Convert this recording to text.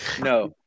no